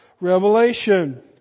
Revelation